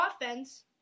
offense